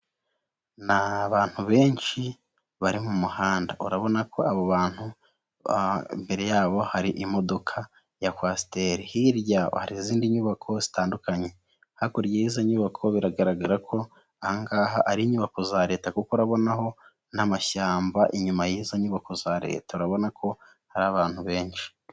Ni abantu benshi bari mu muhanda, urabona ko abo bantu imbere yabo hari imodoka ya kwasiteri, hirya hari izindi nyubako zitandukanye, hakurya y'izo nyubako biragaragara ko ahangaha ari inyubako za leta kuko urabona ho n'amashyamba inyuma y'izo nyubako za leta, urabona ko hari abantu benshi.